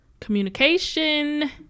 Communication